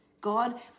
God